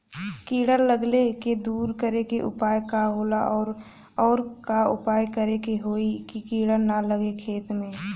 कीड़ा लगले के दूर करे के उपाय का होला और और का उपाय करें कि होयी की कीड़ा न लगे खेत मे?